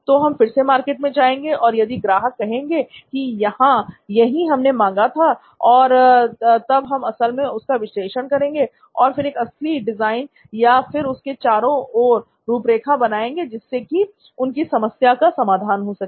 तो हम फिर से मार्केट में जाएंगे और यदि ग्राहक कहेंगे कि हां यही हमने मांगा था तब हम असल में उसका विश्लेषण करेंगे और फिर एक असली डिजाइन या फिर उसके चारों ओर की रूपरेखा बनाएंगे जिससे कि उनकी समस्या का समाधान हो सके